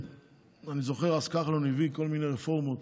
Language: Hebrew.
אני זוכר את כחלון שהביא כל מיני רפורמות.